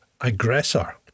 aggressor